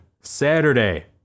Saturday